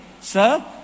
sir